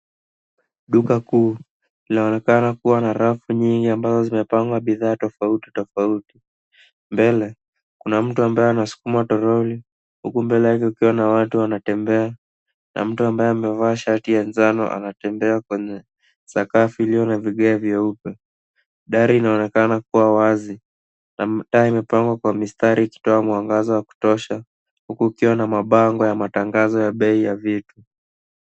Duka kuu linaonekana kuwa na rafu nyingi ambazo zimepangwa bidhaa tofauti tofauti. Mbele, kuna mtu ambaye anasukuma toroli huku mbele yake kukiwa na watu wanatembea na mtu ambaye amevaa shati ya njano anatembea kwenye sakafu iliyo na vigae vyeupe. Dari inaonekana kuwa wazi. Na mataa imepangwa kwa mstari ikitoa mwangaza wa kutosha. Huku kukiwa na mabango ya matangazo ya bei ya vitu.